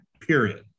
Period